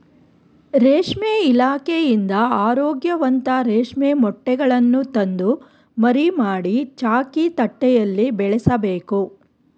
ರೇಷ್ಮೆ ಇಲಾಖೆಯಿಂದ ಆರೋಗ್ಯವಂತ ರೇಷ್ಮೆ ಮೊಟ್ಟೆಗಳನ್ನು ತಂದು ಮರಿ ಮಾಡಿ, ಚಾಕಿ ತಟ್ಟೆಯಲ್ಲಿ ಬೆಳೆಸಬೇಕು